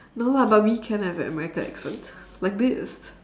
no lah but we can have american accent like this